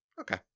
Okay